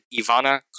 Ivana